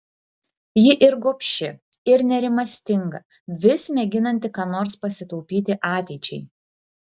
ji ir gobši ir nerimastinga vis mėginanti ką nors pasitaupyti ateičiai